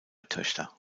töchter